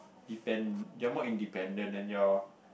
depend you're more independent and you're